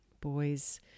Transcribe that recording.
boys